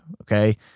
okay